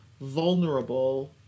vulnerable